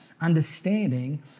understanding